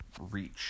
reach